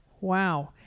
Wow